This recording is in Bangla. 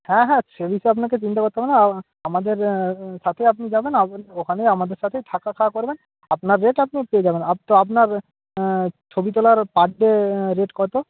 হ্যাঁ হ্যাঁ সে বিষয়ে আপনাকে চিন্তা করতে হবে না আমাদের সাথে আপনি যাবেন ওখানে আমাদের সাথেই থাকা খাওয়া করবেন আপনার রেট আপনি পেয়ে যাবেন তো আপনার ছবি তোলার পার ডে রেট কত